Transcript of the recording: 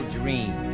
dream